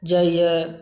जाइए